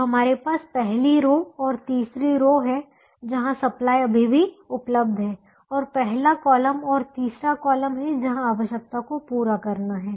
तो हमारे पास पहली रो और तीसरी रो है जहां सप्लाई अभी भी उपलब्ध है और पहला कॉलम और तीसरा कॉलम है जहां आवश्यकताओं को पूरा करना है